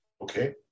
Okay